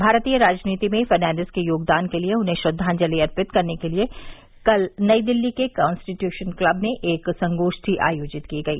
भारतीय राजनीति में फर्नांडिज के योगदान के लिए उन्हें श्रद्वांजलि अर्पित करने के लिए कल नई दिल्ली के कंस्टीट्शन क्लब में एक संगोध्वी आयोजित की गई